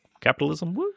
capitalism